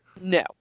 No